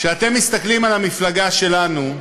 כשאתם מסתכלים על המפלגה שלנו,